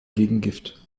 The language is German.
gegengift